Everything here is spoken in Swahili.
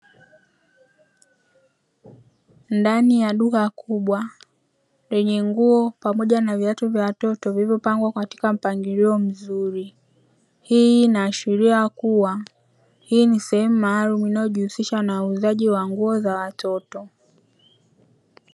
Ndani ya duka kubwa lenye nguo, pamoja na viatu vya watoto vilivyopangwa katika mpangilio mzuri. Hii inaashiria kuwa, hii ni sehemu maalum inayojihusisha na uuzaji wa nguo za watoto.